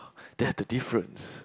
that's the difference